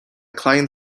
client